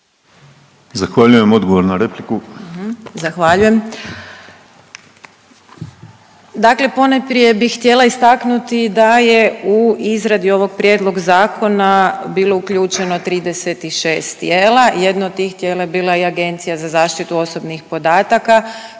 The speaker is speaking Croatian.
**Rogić Lugarić, Tereza** Zahvaljujem, dakle ponajprije bi htjela istaknuti da je u izradi ovog prijedloga zakona bilo uključeno 36 tijela, jedno od tih tijela je bila i Agencija za zaštitu osobnih podataka